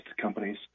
companies